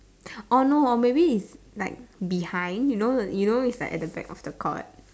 orh no or may be is like behind you know the you know reach like at the back of the court